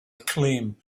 acclaim